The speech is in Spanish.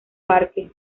parque